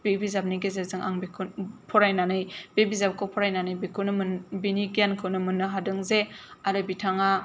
बे बिजाबनि गेजेरजों आं बेखौ फरायनानै बे बिजाबखौ फरायनानै बेखौनो बिनि गियानखौनो मोननो हादों जे आरो बिथाङा